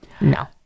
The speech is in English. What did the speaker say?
No